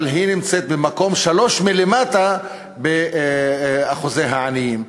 אבל היא נמצאת במקום השלישי מלמטה באחוזי העניים.